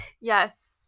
yes